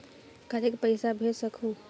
कतेक पइसा भेज सकहुं?